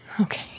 Okay